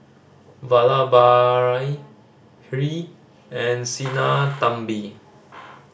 Vallabhbhai Hri and Sinnathamby